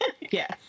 Yes